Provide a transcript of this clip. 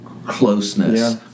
closeness